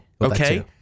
Okay